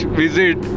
visit